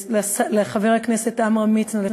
לחבר הכנסת עמרם מצנע,